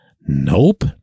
Nope